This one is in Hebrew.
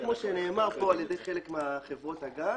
כמו שנאמר פה על ידי חברות הגז,